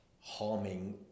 harming